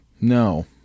No